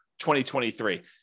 2023